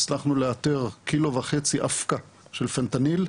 הצלחנו לאתר קילו וחצי אבקה של פנטניל,